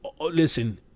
Listen